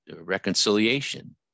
Reconciliation